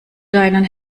deinen